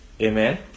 Amen